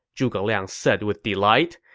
zhuge liang said with delight.